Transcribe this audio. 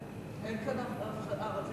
אין כאן אף אחד, אה.